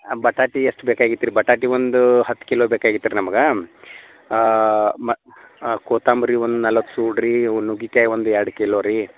ಬಟಾಟಿ ಎಷ್ಟು ಬೇಕಾಗಿತ್ರಿ ಬಟಾಟಿ ಒಂದು ಹತ್ತು ಕಿಲೋ ಬೇಕಾಗಿತ್ರಿ ನಮಗೆ ಮ ಕೋತಂಬರಿ ಒಂದು ನಲವತ್ತು ಸೂಡ್ರೀ ನುಗ್ಗೆಕಾಯಿ ಒಂದು ಎರಡು ಕಿಲೋ ರೀ